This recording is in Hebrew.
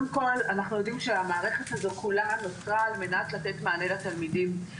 אנחנו יודעים שהמערכת הזו כולה נוצרה על מנת לתת מענה לתלמידים,